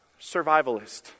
survivalist